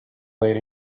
lady